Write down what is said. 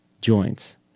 joints